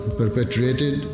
perpetrated